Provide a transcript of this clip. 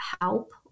help